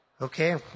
okay